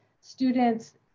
students